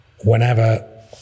whenever